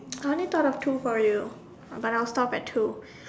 I only though of two for you but I was stuff at two